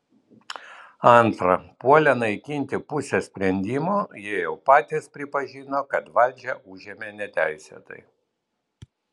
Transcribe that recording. antra puolę naikinti pusę sprendimo jie jau patys pripažino kad valdžią užėmė neteisėtai